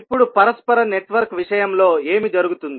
ఇప్పుడు పరస్పర నెట్వర్క్ విషయంలో ఏమి జరుగుతుంది